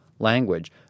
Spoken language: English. language